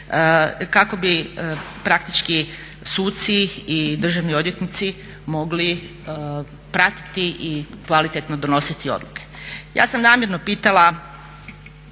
kako bi praktički suci i državni odvjetnici mogli pratiti i kvalitetno donositi odluke. Ja sam namjerno pitala